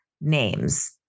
names